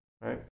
right